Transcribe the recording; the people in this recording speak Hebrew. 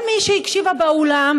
כל מי שהקשיבה באולם,